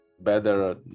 better